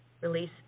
Release